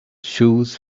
shoes